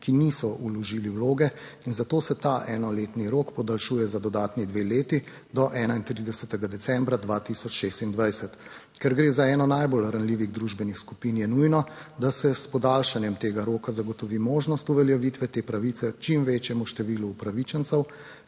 ki niso vložili vloge in zato se ta enoletni rok podaljšuje za dodatni dve leti do 31. decembra 2026. Ker gre za eno najbolj ranljivih družbenih skupin je nujno, da se s podaljšanjem tega roka zagotovi možnost uveljavitve te pravice čim večjemu številu upravičencev,